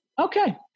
okay